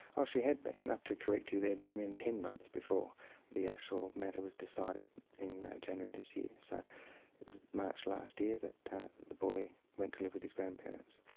ah she had been ah to correct you there damien, ten months before the actual matter was decided in january this year. so it was march last year that the boy went to live with his grandparents.